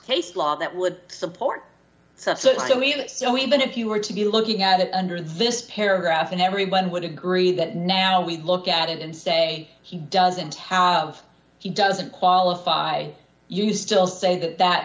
case law that would support such so i mean so even if you were to be looking at it under this paragraph and everyone would agree that now we look at it and say he doesn't have he doesn't qualify you still say that th